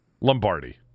Lombardi